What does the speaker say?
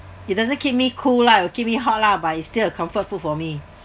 it doesn't keep me cool lah it'll keep me hot lah but it still a comfort food for me